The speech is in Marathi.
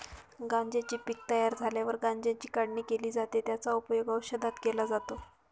गांज्याचे पीक तयार झाल्यावर गांज्याची काढणी केली जाते, त्याचा उपयोग औषधात केला जातो